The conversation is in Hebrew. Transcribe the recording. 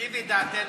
הרחיבי את דעתנו.